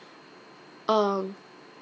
um